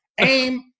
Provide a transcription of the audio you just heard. aim